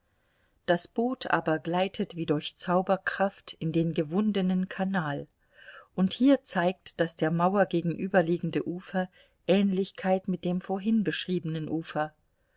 das boot aber gleitet wie durch zauberkraft in den gewundenen kanal und hier zeigt das der mauer gegenüberliegende ufer ähnlichkeit mit dem vorhin beschriebenen ufer